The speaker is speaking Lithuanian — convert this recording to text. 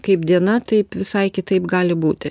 kaip diena taip visai kitaip gali būti